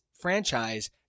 franchise